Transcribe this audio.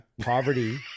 poverty